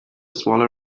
smaller